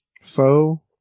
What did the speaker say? foe